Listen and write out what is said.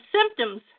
symptoms